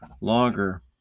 longer